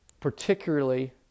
particularly